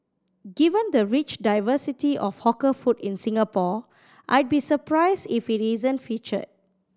given the rich diversity of hawker food in Singapore I'd be surprised if it isn't featured